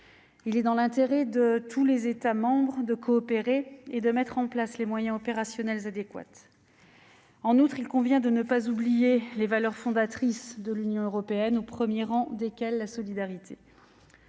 il est dans l'intérêt de tous les États membres de coopérer et de mobiliser les moyens opérationnels adéquats. Il convient en outre de ne pas oublier les valeurs fondatrices de l'Union européenne, au premier rang desquelles figure la solidarité.